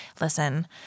listen